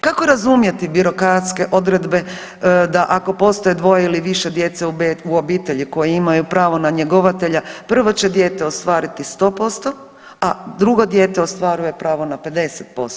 Kako razumjeti birokratske odredbe da ako postoji dvoje ili više djece u obitelji koje imaju pravo na njegovatelja, prvo će dijete ostvariti 100%, a drugo dijete ostvaruje pravo na 50%